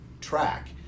track